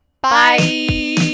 Bye